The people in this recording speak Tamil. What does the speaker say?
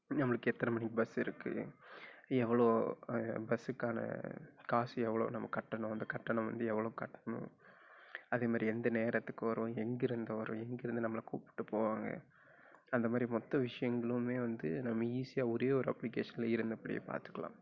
நம்மளுக்கு எத்தனை மணிக்கு பஸ் இருக்குது எவ்வளோ பஸ்சுக்கான காசு எவ்வளோ நம்ம கட்டணும் அந்த கட்டணம் வந்து எவ்வளோ கட்டணும் அதே மாதிரி எந்த நேரத்துக்கு வரும் எங்கிருந்து வரும் எங்கிருந்து நம்மளை கூப்பிட்டுட்டு போவாங்க அந்த மாதிரி மொத்த விஷயங்களுமே வந்து நம்ம ஈஸியாக ஒரே ஒரு அப்ளிகேஷனில் இருந்தபடியே பார்த்துக்கலாம்